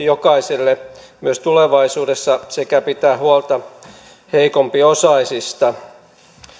jokaiselle myös tulevaisuudessa sekä pitää huolta heikompiosaisista